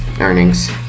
earnings